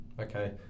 Okay